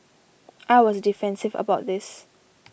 I was defensive about this